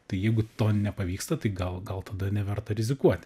tai jeigu to nepavyksta tai gal gal tada neverta rizikuoti